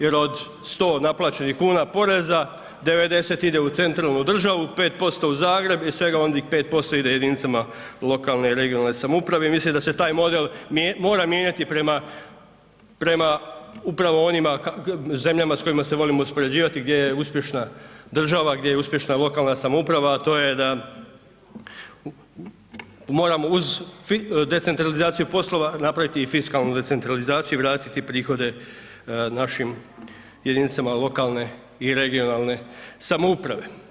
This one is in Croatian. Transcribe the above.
Jer od 100 naplaćenih kuna poreza 90 ide u centralnu državu, 5% u Zagreb i svega onih 5% ide jedinicama lokalne i regionalne samouprave i mislim da se taj model mora mijenjati prema upravo onima zemljama s kojima se volimo uspoređivati gdje je uspješna država, gdje je uspješna lokalna samouprava a to je da moramo uz decentralizaciju poslova napraviti i fiskalnu decentralizaciju, vratiti prihode našim jedinicama lokalne i regionalne samouprave.